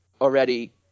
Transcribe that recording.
already